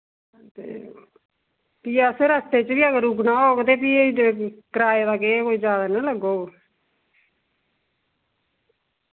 ते फ्ही असें रस्ते च बी अगर रुकना होग ते फ्ही कराये दा केह् कोई जैदा निं ना लग्गग